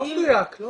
לא מדויק.